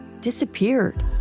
disappeared